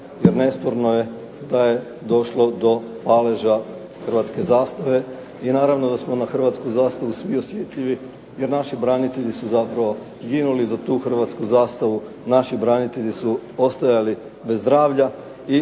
jer nesporno je da je došlo do paleža hrvatske zastave, i naravno da smo na hrvatsku zastavu svi osjetljivi jer naši branitelji su zapravo ginuli za tu hrvatsku zastavu, naši branitelji su ostajali bez zdravlja